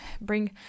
bring